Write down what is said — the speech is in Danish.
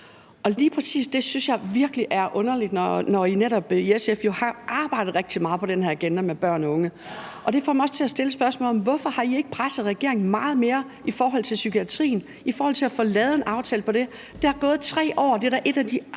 Og lige præcis det synes jeg virkelig er underligt, når I netop i SF jo har arbejdet rigtig meget på den her agenda med børn og unge. Og det får mig også til at stille spørgsmålet: Hvorfor har I ikke presset regeringen meget mere i forhold til at få lavet en aftale for psykiatrien? Der er gået 3 år, og det er da en af de